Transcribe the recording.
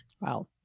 Wow